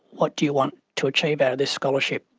what do you want to achieve out of this scholarship,